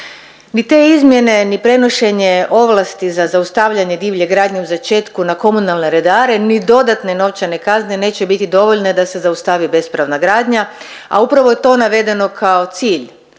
Ni te izmjene ni prenošenje ovlasti za zaustavljanje divlje gradnje u začetku na komunalne redare ni dodatne novčane kazne neće biti dovoljne da se zaustavi bespravna gradnja, a upravo je to navedeno kao cilj